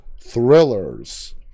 thrillers